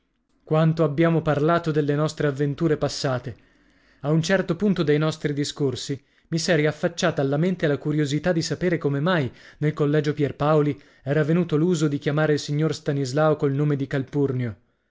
quanto abbiamo parlato delle nostre avventure passate a un certo punto dei nostri discorsi mi s'è riaffacciata alla mente la curiosità di sapere come mai nel collegio pierpaoli era venuto l'uso di chiamare il signor stanislao col nome di